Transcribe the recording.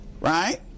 Right